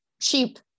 cheap